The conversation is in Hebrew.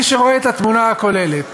מי שרואה את התמונה הכוללת,